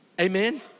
Amen